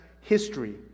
history